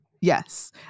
Yes